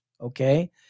Okay